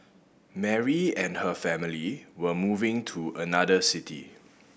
Mary and her family were moving to another city